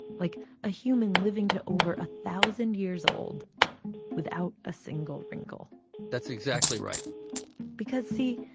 like a human living to over a thousand years old without a single wrinkle that's exactly right because, see,